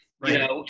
Right